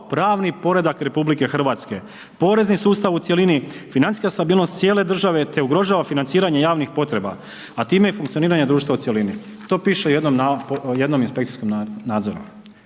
pravni poredak RH, porezni sustav u cjelini, financijska stabilnost cijele države te ugrožava financiranje javnih potreba, a time i funkcioniranje društva u cjelini. To piše u jednom inspekcijskom nadzoru.